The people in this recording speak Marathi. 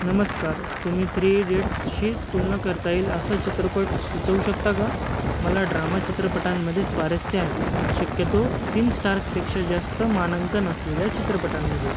नमस्कार तुम्ही थ्री इडियट्स्स् शी तुलना करता येईल असा चित्रपट सुचवू शकता का मला ड्रामा चित्रपटांमध्ये स्वारस्य आहे शक्यतो तीन स्टार्सपेक्षा जास्त मानांकन असलेल्या चित्रपटांमध्ये